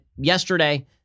yesterday